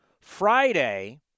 Friday